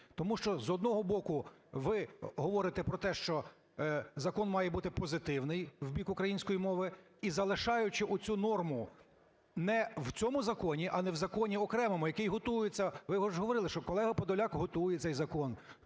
Тому що, з одного боку, ви говорите про те, що закон має бути позитивний, в бік української мови, і залишаючи оцю норму в цьому законі, а не в законі окремому, який готується. Ви ж говорили, що колега Подоляк готує цей закон.